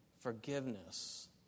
forgiveness